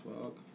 fuck